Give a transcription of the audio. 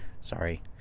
Sorry